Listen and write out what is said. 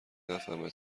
نفهمه